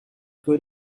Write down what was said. could